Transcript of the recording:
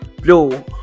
bro